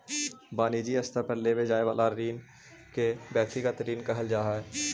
वनिजी स्तर पर लेवे जाए वाला ऋण के व्यक्तिगत ऋण कहल जा हई